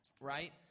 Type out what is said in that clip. right